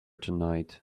tonight